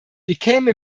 became